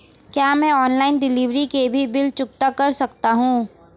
क्या मैं online delivery के भी बिल चुकता कर सकता हूँ?